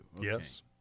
Yes